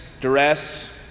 duress